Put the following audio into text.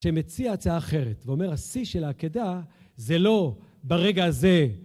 שמציע הצעה אחרת, ואומר, השיא של העקדה זה לא ברגע הזה.